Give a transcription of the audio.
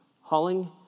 Hauling